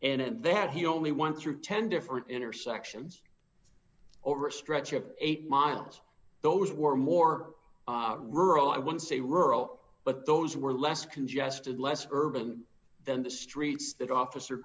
faster and then he only one through ten different intersections over a stretch of eight miles those were more rural i once a rural but those were less congested less urban than the streets that officer